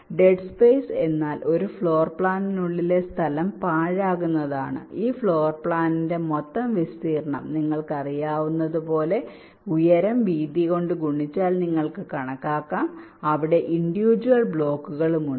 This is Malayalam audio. ഡെഡ് സ്പേസ് എന്നാൽ ഒരു ഫ്ലോർ പ്ലാനിനുള്ളിലെ സ്ഥലം പാഴാകുന്നതാണ് ഈ ഫ്ലോർ പ്ലാനിന്റെ മൊത്തം വിസ്തീർണ്ണം നിങ്ങൾക്കറിയാവുന്നതുപോലെ ഉയരം വീതിയും കൊണ്ട് ഗുണിച്ചാൽ നിങ്ങൾക്ക് കണക്കാക്കാം അവിടെ ഇൻഡിവിജുൽ ബ്ലോക്കുകളും ഉണ്ട്